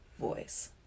voice